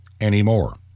anymore